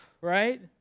right